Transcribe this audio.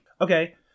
Okay